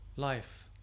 life